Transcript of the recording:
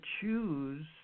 choose